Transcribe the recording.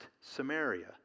Samaria